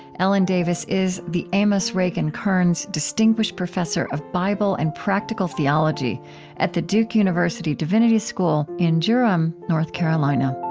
ellen davis is the amos ragan kearns distinguished professor of bible and practical theology at the duke university divinity school in durham, north carolina